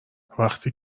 وقتی